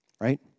right